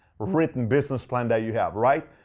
written business plan that you have, right?